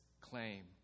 claim